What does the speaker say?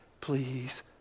please